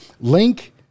Link